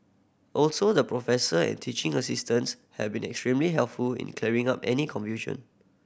also the professor and teaching assistants have been extremely helpful in clearing up any confusion